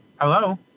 Hello